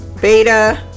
beta